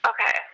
Okay